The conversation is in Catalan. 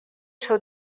seu